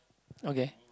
okay